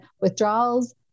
withdrawals